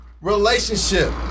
relationship